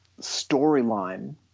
storyline